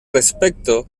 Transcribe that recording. respecto